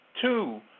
two